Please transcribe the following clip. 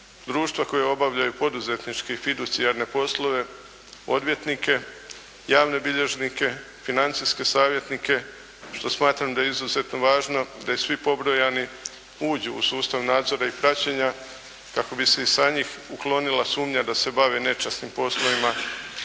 društva koja obavljaju poduzetničke i fiducijarne poslove, odvjetnike, javne bilježnike, financijske savjetnike što smatram da je izuzetno važno da i svi pobrojani uđu u sustav nadzora i praćenja kako bi se i sa njih uklonila sumnja da se bavi nečasnim poslovnim